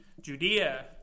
Judea